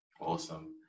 Awesome